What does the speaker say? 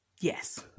yes